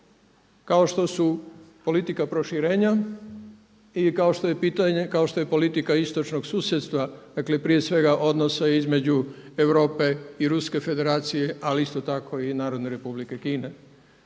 kao što su politika proširenja i kao što je politika istočnog susjedstva, dakle prije svega odnosa između Europe i Ruske federacije ali isto tako i Narodne Republike Kine.